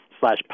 slash